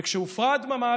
וכשהופרה הדממה,